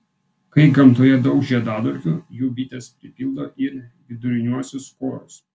kai gamtoje daug žiedadulkių jų bitės pripildo ir viduriniuosius korus